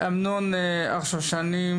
אמנון הרשושנים,